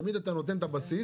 תמיד אתה נותן את הבסיס.